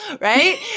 Right